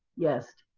yes,